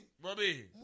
Bobby